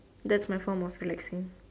that's my form of relaxing